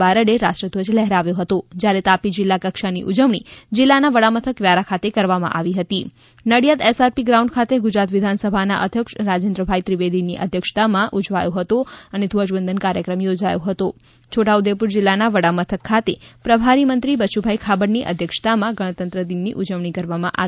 બારડે રાષ્ટ્રધ્વજ લહેરાવ્યો હતો જયારે તાપી જિલ્લા કક્ષાની ઉજવણી જિલ્લાના વડા મથક વ્યારા ખાતે કરવામાં આવી હતી નડીઆદ એસઆરપી ગ્રાઉન્ડ ખાતે ગુજરાત વિધાનસભા ના અધ્યક્ષ રાજેન્દ્રભાઈ ત્રિવેદી ની અધ્યક્ષતા માં ઉજવાયો ધ્વજ વદન કાર્યક્રમ યોજાયો હતો છોટાઉદેપ્રર જિલ્લાના વડા મથક ખાતે પ્રભારી મંત્રી બચુભાઇ ખાબડની અધ્યક્ષતામાં ગણતંત્ર દિનની ઉજવણી કરવામાં આવી